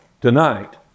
tonight